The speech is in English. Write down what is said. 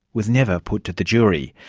was never put to the jury.